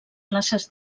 places